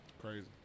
Crazy